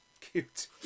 Cute